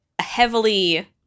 heavily